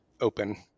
open